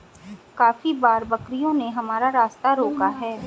काफी बार बकरियों ने हमारा रास्ता रोका है